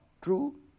True